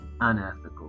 unethical